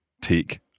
take